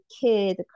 kid